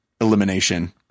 elimination